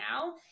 now